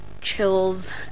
chills